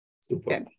Super